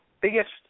biggest